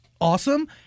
awesome